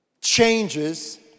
changes